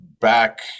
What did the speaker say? back